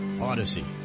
Odyssey